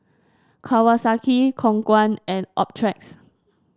Kawasaki Khong Guan and Optrex